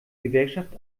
gewerkschaft